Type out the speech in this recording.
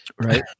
Right